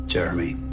Jeremy